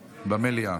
במליאה.